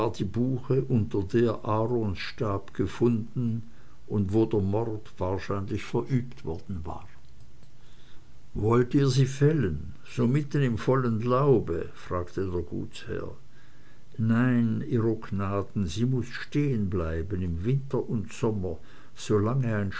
die buche unter der aarons stab gefunden und wo der mord wahrscheinlich verübt worden war wollt ihr sie fällen so mitten im vollen laube fragte der gutsherr nein ihro gnaden sie muß stehenbleiben im winter und sommer solange